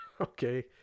okay